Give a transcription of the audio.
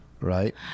right